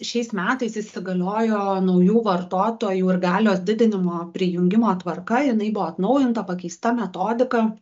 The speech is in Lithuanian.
šiais metais įsigaliojo naujų vartotojų ir galios didinimo prijungimo tvarka jinai buvo atnaujinta pakeista metodika